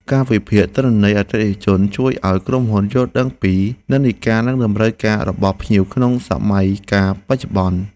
ការវិភាគទិន្នន័យអតិថិជនជួយឱ្យក្រុមហ៊ុនយល់ដឹងពីនិន្នាការ និងតម្រូវការរបស់ភ្ញៀវក្នុងសម័យកាលបច្ចុប្បន្ន។